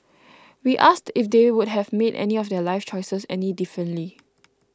we asked if they would have made any of their life choices any differently